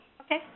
Okay